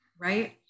right